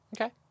Okay